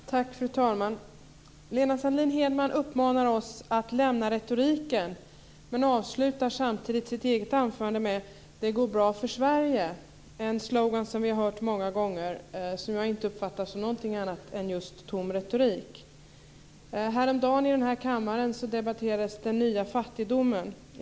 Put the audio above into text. Fru talman! Lena Sandlin-Hedman uppmanar oss att lämna retoriken men avslutar samtidigt sitt eget anförande: Det går bra för Sverige. Det är en slogan vi har hört många gånger som jag inte uppfattar som någonting annat än just tom retorik. Häromdagen debatterades den nya fattigdomen i kammaren.